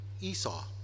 Esau